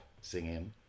singing